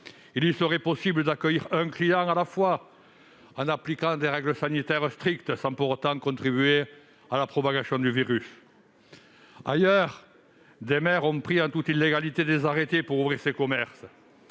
Il lui serait possible d'accueillir un client à la fois en appliquant des règles sanitaires strictes, sans pour autant contribuer à propager le virus. Ailleurs, des maires ont pris, en toute illégalité, des arrêtés pour rouvrir ces commerces,